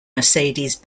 mercedes